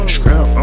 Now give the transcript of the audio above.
Scrap